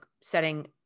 setting